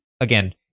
again